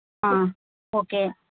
okay